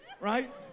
Right